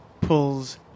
Pulls